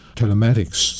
telematics